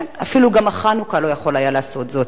כן, אפילו החנוכה לא יכול היה לעשות זאת.